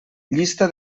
llista